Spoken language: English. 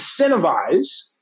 incentivize